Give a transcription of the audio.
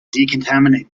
decontaminate